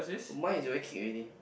mine is already kicked already